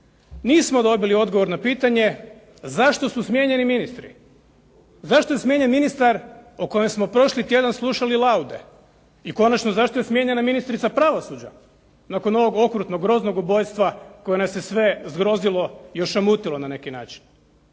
Nismo dobili odgovor na pitanje zašto su smijenjeni ministri? Zašto je smijenjen ministar o kojem smo prošli tjedan slušali laude? I konačno zašto je smijenjena ministrica pravosuđa nakon ovog okrutnog, groznog ubojstva koje nas je sve zgrozilo i ošamutilo na neki način?